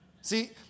See